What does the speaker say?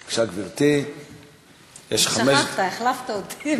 שכחת, החלפת אותי.